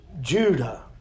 Judah